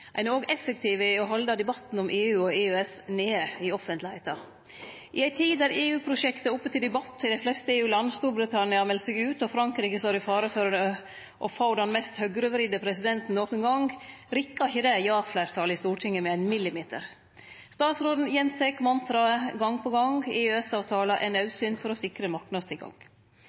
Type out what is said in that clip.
Ein har òg effektivt halde debatten om EU og EØS nede i det offentlege. I ei tid der EU-prosjektet er oppe til debatt i dei fleste EU-landa, Storbritannia har meldt seg ut, og Frankrike står i fare for å få den mest høgrevridde presidenten nokon gong, rikkar ikkje det ja-fleirtalet i Stortinget med ein millimeter. Statsråden gjentek mantraet gong på gong: EØS-avtalen er naudsynt for å sikre marknadstilgang.